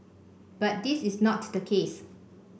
but this is not the case